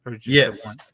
Yes